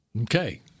Okay